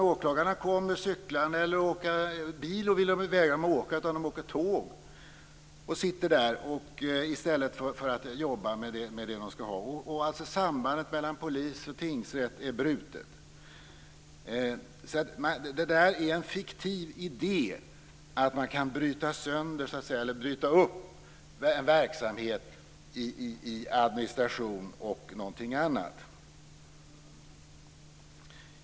Åklagarna kommer cyklande eller också åker de tåg - bil vägrar de åka - i stället för att jobba med det de skall. Sambandet mellan polis och tingsrätt är brutet. Det är en fiktiv idé att man kan bryta upp verksamhet i administration och någonting annat.